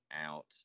out